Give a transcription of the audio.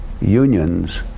unions